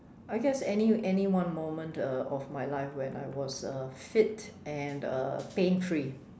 I guess any any one moment uh of my life when I was uh fit and uh pain free